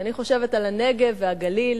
כשאני חושבת על הנגב והגליל